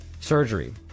surgery